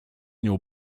nią